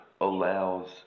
allows